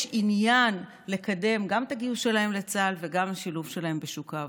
יש עניין לקדם גם את הגיוס שלהם לצה"ל וגם את השילוב שלהם בשוק העבודה.